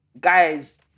guys